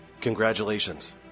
Congratulations